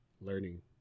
learning